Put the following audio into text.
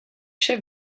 chef